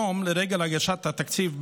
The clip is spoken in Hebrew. ברשותך,